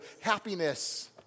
happiness